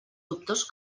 dubtós